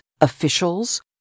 officials